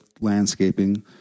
landscaping